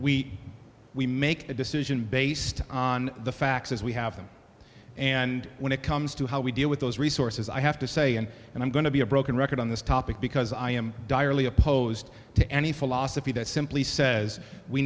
we we make the decision based on the facts as we have them and when it comes to how we deal with those resources i have to say and and i'm going to be a broken record on this topic because i am direly opposed to any philosophy that simply says we